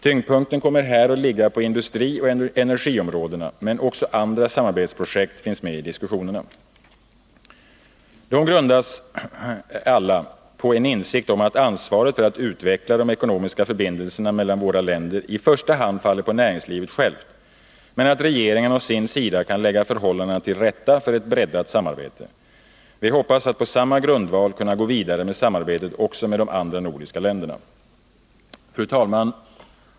Tyngdpunkten kommer här att ligga på industrioch energiområdena, men också andra samarbetsprojekt finns med i diskussionerna. De grundas alla på en insikt om att ansvaret för att utveckla de ekonomiska förbindelserna mellan våra bägge länder i första hand faller på näringslivet självt, men att regeringarna å sin sida kan lägga förhållandena till rätta för ett breddat samarbete. Vi hoppas att på samma grundval kunna gå vidare med samarbetet också med de andra nordiska länderna. Fru talman!